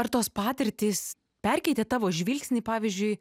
ar tos patirtys perkeitė tavo žvilgsnį pavyzdžiui